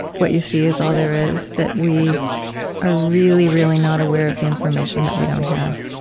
what you see is all there is that we are really really not aware of the information that we don't have